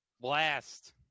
Blast